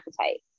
appetite